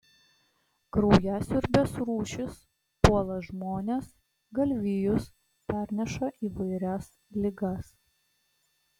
kraujasiurbės rūšys puola žmones galvijus perneša įvairias ligas